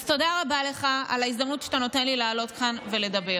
אז תודה רבה לך על ההזדמנות שאתה נותן לי לעלות לכאן ולדבר.